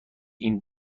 این